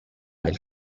del